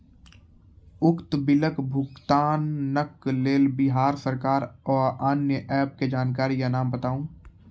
उक्त बिलक भुगतानक लेल बिहार सरकारक आअन्य एप के जानकारी या नाम बताऊ?